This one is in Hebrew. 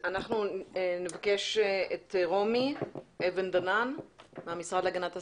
נבקש את רומי אבן דנן מהמשרד להגנת הסביבה.